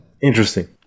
Interesting